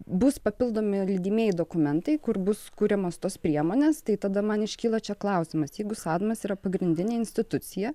bus papildomi lydimieji dokumentai kur bus kuriamos tos priemonės tai tada man iškilo čia klausimas jeigu sadmas yra pagrindinė institucija